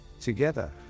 Together